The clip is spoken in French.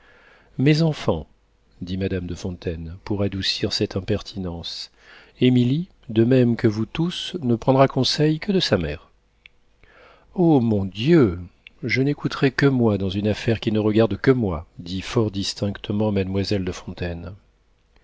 mes enfants dit madame de fontaine pour adoucir cette impertinence émilie de même que vous tous ne prendra conseil que de sa mère oh mon dieu je n'écouterai que moi dans une affaire qui ne regarde que moi dit fort distinctement mademoiselle de fontaine